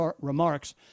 remarks